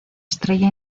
estrella